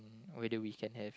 whether we can have